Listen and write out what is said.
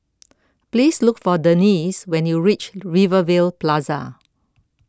please look for Denese when you reach Rivervale Plaza